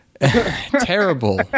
Terrible